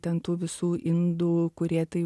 ten tų visų indų kurie tai